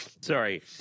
Sorry